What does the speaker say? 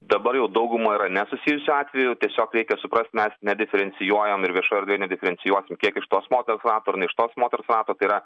dabar jau dauguma yra nesusijusių atvejų tiesiog reikia suprast mes nediferencijuojam ir viešoj erdvėj nediferencijuosim kiek iš tos moters rato ar ne iš tos moters rato tai yra